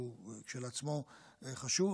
שהוא כשלעצמו חשוב,